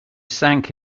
sank